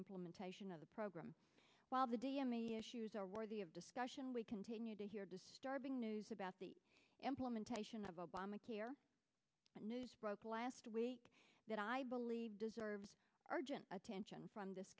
implementation of the program while the d m a e issues are worthy of discussion we continue to hear disturbing news about the implementation of obamacare news broke last week that i believe deserves urgent attention from this